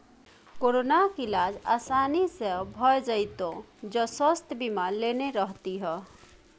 कोरोनाक इलाज आसानी सँ भए जेतियौ जँ स्वास्थय बीमा लेने रहतीह